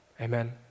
Amen